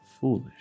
foolish